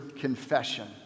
confession